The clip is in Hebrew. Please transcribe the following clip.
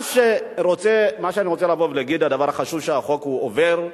מה שאני רוצה להגיד: הדבר החשוב, שהחוק עובר.